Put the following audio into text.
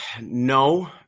no